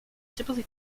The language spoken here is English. typically